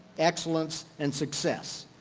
excellent and success.